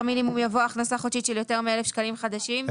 מינימום יבוא הכנסה חודשית של יותר מ-1,000 שקלים חדשים.